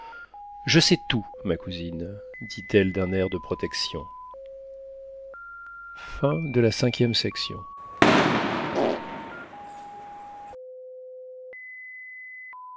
je sais tout ma cousine dit-elle d'un air de protection